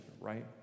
right